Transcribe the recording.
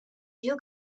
you